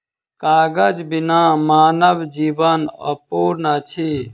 कागज बिना मानव जीवन अपूर्ण अछि